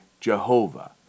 Jehovah